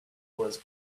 was